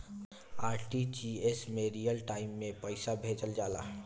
RTGS में real time में पइसा भेजल जाला